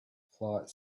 flight